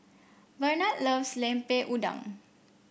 Barnard loves Lemper Udang